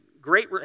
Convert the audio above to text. great